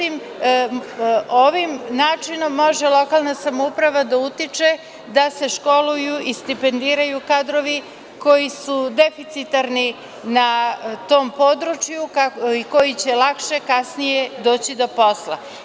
Ovim načinom lokalna samouprava može da utiče da se školuju i stipendiraju kadrovi koji su deficitarni na tom području i koji će kasnije lakše doći do posla.